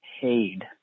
paid